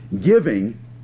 giving